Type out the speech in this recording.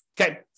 Okay